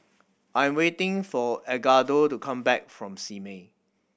I am waiting for Edgardo to come back from Simei